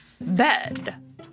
bed